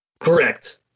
Correct